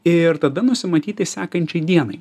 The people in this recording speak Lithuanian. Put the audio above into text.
ir tada nusimatyti sekančiai dienai